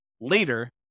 later